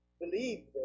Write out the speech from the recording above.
believe